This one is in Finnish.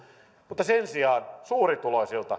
mutta sen sijaan suurituloisten